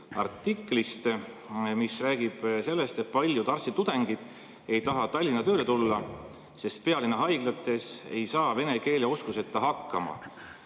artiklist, mis räägib sellest, et paljud arstitudengid ei taha Tallinna tööle tulla, sest pealinna haiglates ei saa vene keele oskuseta hakkama.